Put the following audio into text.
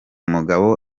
mugabo